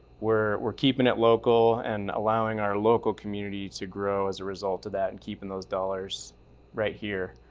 we're, we're keeping it local and allowing our local community to grow as a result of that and keeping those dollars right here.